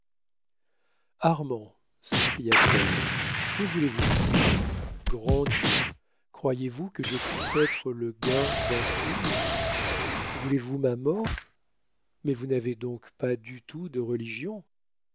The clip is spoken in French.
armand s'écria-t-elle que voulez-vous dire grand dieu croyez-vous que je puisse être le gain d'un crime voulez-vous ma mort mais vous n'avez donc pas du tout de religion